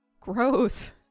gross